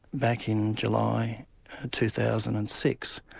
back in july two thousand and six.